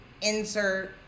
insert